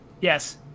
Yes